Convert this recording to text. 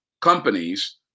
companies